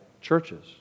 churches